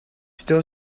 still